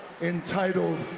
entitled